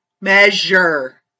measure